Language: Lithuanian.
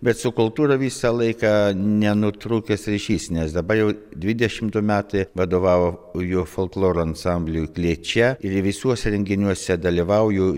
bet su kultūra visą laiką nenutrūkęs ryšys nes dabar jau dvidešim du metai vadovauju folkloro ansambliui klėčia ir visuose renginiuose dalyvauju